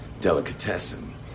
Delicatessen